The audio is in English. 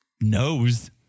knows